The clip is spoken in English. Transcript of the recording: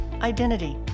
identity